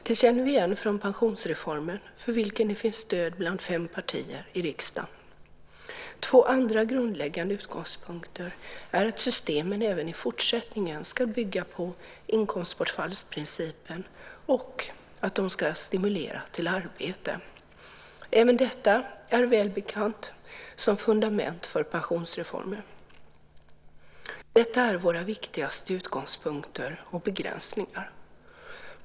Det känner vi igen från pensionsreformen för vilken det finns stöd bland fem partier i riksdagen. Två andra grundläggande utgångspunkter är att systemen även i fortsättningen ska bygga på inkomstbortfallsprincipen och att de ska stimulera till arbete. Även detta är välbekant som fundament för pensionsreformen. Detta är våra viktigaste utgångspunkter och begränsningar.